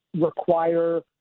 require